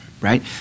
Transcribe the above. right